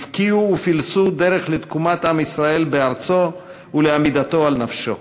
הבקיעו ופילסו דרך לתקומת עם ישראל בארצו ולעמידתו על נפשו,